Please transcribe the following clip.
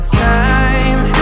time